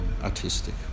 artistic